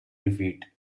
defeat